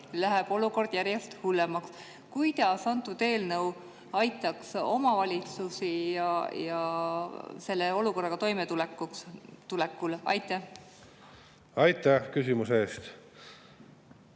läheb olukord järjest hullemaks. Kuidas antud eelnõu aitaks omavalitsusi selle olukorraga toimetulekul? Aitäh küsimuse eest!